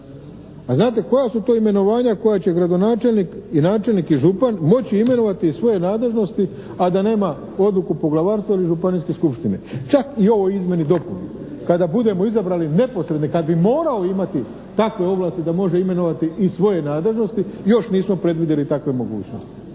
A znate koja su to imenovanja koja će gradonačelnik, i načelnik I župan moći imenovati iz svoje nadležnosti a da nema odluku poglavarstva ili županijske skupštine, čak i u ovoj izmjeni i dopuni, kada budemo izabrali neposredne, kad bi morao imati takve ovlasti da može imenovati iz svoje nadležnosti, još nismo predvidjeli takve mogućnosti.